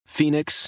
Phoenix